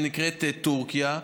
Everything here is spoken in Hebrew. שנקראת טורקיה,